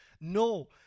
No